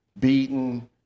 beaten